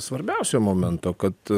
svarbiausio momento kad